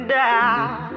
down